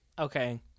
Okay